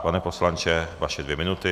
Pane poslanče, vaše dvě minuty.